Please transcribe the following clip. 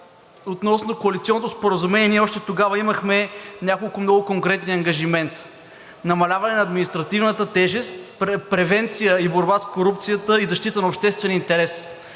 Относно Коалиционното споразумение ние още тогава имахме няколко много конкретни ангажимента: намаляване на административната тежест, превенция и борба с корупцията и защита на обществения интерес.